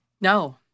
No